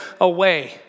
away